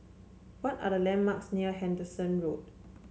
what are the landmarks near Henderson Road